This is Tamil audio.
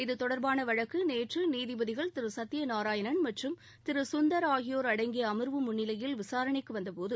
இதுதொடர்பான வழக்கு நேற்று நீதிபதிகள் சத்தியநாராயணன் மற்றும் சுந்தர் ஆகியோர் அடங்கிய அம்வு முன்னிலையில் விசாரணைக்கு வந்தபோது